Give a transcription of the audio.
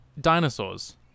dinosaurs